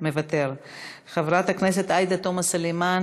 חבר הכנסת איציק שמולי,